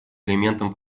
элементом